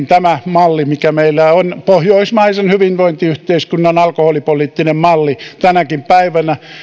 tämä malli mikä meillä on pohjoismaisen hyvinvointiyhteiskunnan alkoholipoliittinen malli tänäkin päivänä